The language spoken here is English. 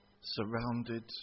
surrounded